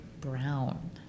brown